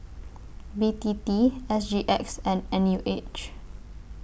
B T T S G X and N U H